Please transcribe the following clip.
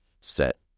set